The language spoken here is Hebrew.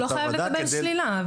הוא לא חייב לקבל שלילה.